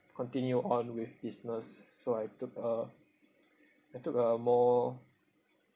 continue on with business so I took a I took a more